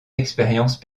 expérience